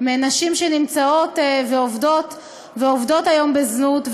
מנשים שנמצאות ועובדות היום בזנות,